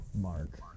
Mark